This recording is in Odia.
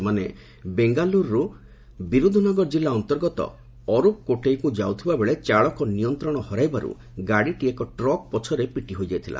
ସେମାନେ ବେଙ୍ଗାଲୁରୁରୁ ବିରୁଧୁନଗର ଜିଲ୍ଲା ଅନ୍ତର୍ଗତ ଅର୍ପକୋଟଇକୁ ଯାଉଥିବାବେଳେ ଚାଳକ ନିୟନ୍ତ୍ରଣ ହରାଇବାରୁ ଗାଡ଼ିଟି ଏକ ଟ୍ରକ୍ ପଛରେ ପିଟି ହୋଇଯାଇଥିଲା